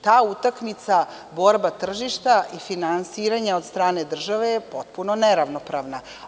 Ta utakmica borba tržišta i finansiranja od strane države je potpuno neravnopravna.